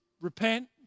repent